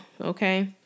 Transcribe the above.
Okay